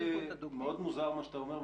מאוד מוזר מה שאתה אומר.